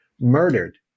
murdered